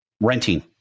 Renting